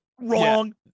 wrong